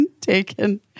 taken